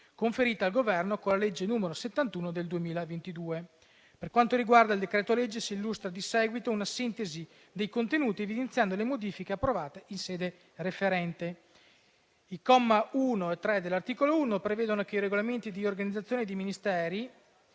conferita al Governo con la legge n. 71 del 2022. Per quanto riguarda il decreto-legge, si illustra di seguito una sintesi dei contenuti, evidenziando le modifiche approvate in sede referente. I commi da 1 a 3 dell'articolo 1 prevedono che i regolamenti di organizzazione dei Ministeri